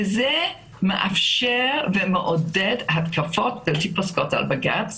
זה מאפשר ומעודד התקפות בלתי-פוסקות על בג"ץ